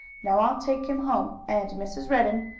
now i'll take him home, and, mrs. redden,